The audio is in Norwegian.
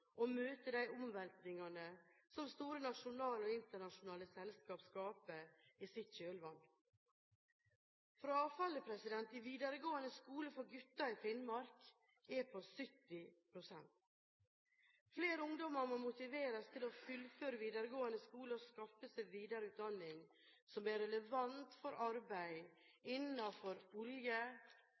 og møte de omveltningene som store nasjonale og internasjonale selskaper skaper i sitt kjølvann. Frafallet i videregående skole for gutter i Finnmark er på 70 pst. Flere ungdommer må motiveres til å fullføre videregående skole og skaffe seg videre utdanning som er relevant for arbeid innenfor olje-